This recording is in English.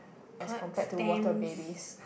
as compared to water babies